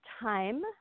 time